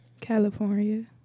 California